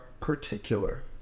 particular